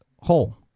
hole